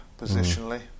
positionally